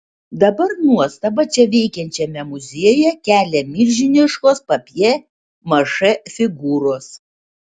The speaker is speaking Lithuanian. dabar nuostabą čia veikiančiame muziejuje kelia milžiniškos papjė mašė figūros